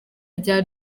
rya